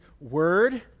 word